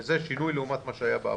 וזה שינוי לעומת מה שהיה בעבר.